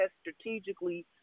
strategically